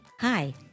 Hi